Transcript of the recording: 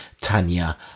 Tanya